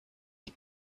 die